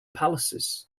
palaces